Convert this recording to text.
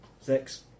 Six